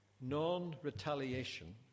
Non-retaliation